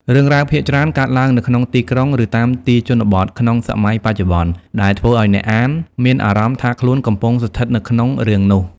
រឿងរ៉ាវភាគច្រើនកើតឡើងនៅក្នុងទីក្រុង ឬតាមទីជនបទក្នុងសម័យបច្ចុប្បន្ន ដែលធ្វើឲ្យអ្នកអានមានអារម្មណ៍ថាខ្លួនកំពុងស្ថិតនៅក្នុងរឿងនោះ។